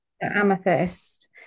amethyst